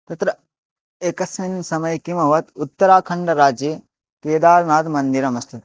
तत्र एकस्मिन् समये किमभवत् उत्तराखण्डराज्ये केदारनाथमन्दिरमस्ति